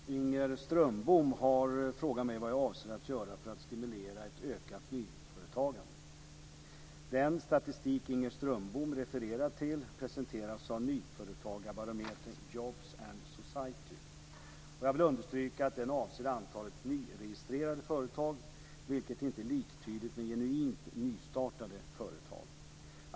Herr talman! Inger Strömbom har frågat mig vad jag avser att göra för att stimulera ett ökat nyföretagande. Den statistik Inger Strömbom refererar till presenteras av nyföretagarbarometern Jobs and Society. Jag vill understryka att den avser antalet nyregistrerade företag, vilket inte är liktydigt med genuint nystartade företag.